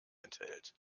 enthält